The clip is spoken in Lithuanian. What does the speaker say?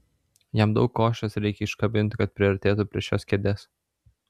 jam daug košės reikia iškabinti kad priartėtų prie šios kėdės